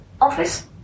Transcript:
Office